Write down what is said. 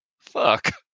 Fuck